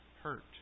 hurt